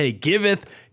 giveth